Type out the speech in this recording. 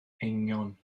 eingion